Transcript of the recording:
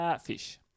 Fish